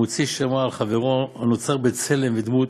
המוציא שם רע על חברו הנוצר בצלם ודמות,